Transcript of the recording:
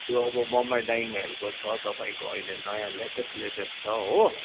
यो अब बम्बई डायिङहरूको छ तपाईँको अहिले नयाँ लेटेस्ट लेटेस्ट छ हो